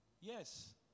Yes